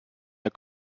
der